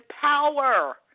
power